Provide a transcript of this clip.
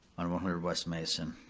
on one hundred west mason.